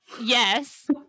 Yes